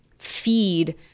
Feed